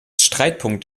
streitpunkt